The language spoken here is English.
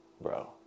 bro